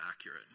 accurate